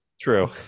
True